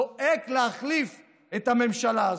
זועק להחליף את הממשלה הזו.